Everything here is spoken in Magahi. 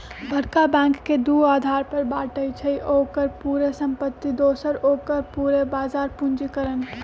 बरका बैंक के दू अधार पर बाटइ छइ, ओकर पूरे संपत्ति दोसर ओकर पूरे बजार पूंजीकरण